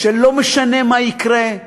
שלא משנה מה יקרה,